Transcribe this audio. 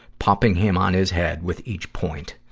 popping him on his head with each point.